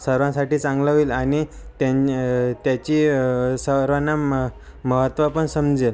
सर्वांसाठी चांगलं होईल आणि त्यां त्याची सर्वांना म महत्त्व पण समजेल